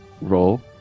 roll